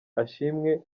ashimwe